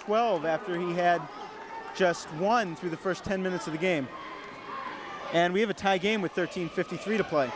twelve after he had just won through the first ten minutes of the game and we have a tie game with thirteen fifty three to play